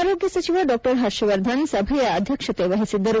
ಆರೋಗ್ಯ ಸಚಿವ ಡಾ ಹರ್ಷವರ್ಧನ್ ಸಭೆಯ ಅಧ್ಯಕ್ಷತೆ ವಹಿಸಿದ್ದರು